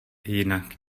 jinak